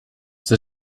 the